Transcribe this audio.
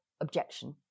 objection